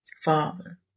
Father